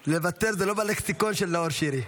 לוותר זה לא בלקסיקון של נאור שירי.